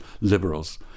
Liberals